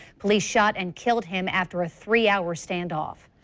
police shot and killed him after a three hour standoff.